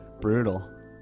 brutal